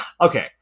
Okay